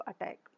attack